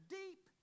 deep